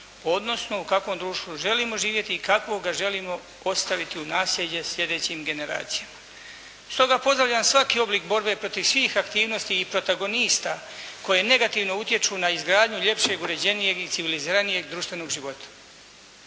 odnosno u kakvom društvu želimo živjeti i kakvo ga želimo ostaviti u nasljeđe sljedećim generacijama. Stoga pozdravljam svaki oblik borbe protiv svih aktivnosti i protagonista koje negativno utječu na izgradnju ljepšeg, uređenijeg i civiliziranijeg društvenog života.